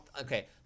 Okay